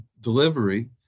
delivery